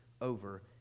over